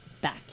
back